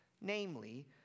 Namely